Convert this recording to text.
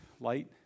light